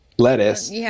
lettuce